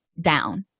down